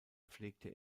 pflegte